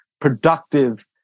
productive